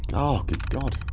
ah, good god